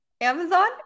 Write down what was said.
Amazon